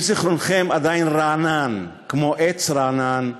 אם זיכרונכם עדיין רענן, כמו עץ רענן,